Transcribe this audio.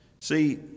See